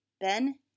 Ben